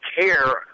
care